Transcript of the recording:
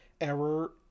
error